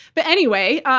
but anyway,